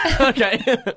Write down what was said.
Okay